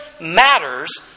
matters